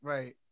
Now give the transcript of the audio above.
Right